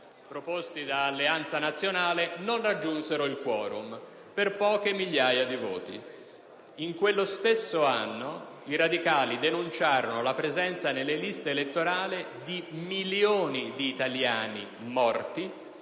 proposti da Alleanza Nazionale non raggiunsero il *quorum* per poche migliaia di voti. In quello stesso anno i radicali denunciarono la presenza nelle liste elettorali di milioni di italiani morti